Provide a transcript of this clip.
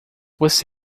você